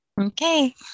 Okay